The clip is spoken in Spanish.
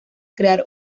crear